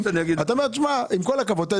אתה אומר שעם כל הכבוד,